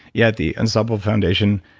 yeah at the unstoppable foundation,